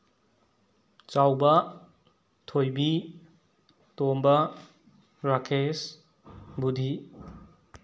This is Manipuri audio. ꯆꯥꯎꯕ ꯊꯣꯏꯕꯤ ꯇꯣꯝꯕ ꯔꯥꯀꯦꯁ ꯚꯨꯙꯤ